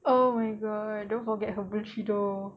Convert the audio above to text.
oh my god don't forget her benci though